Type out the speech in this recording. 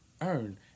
earn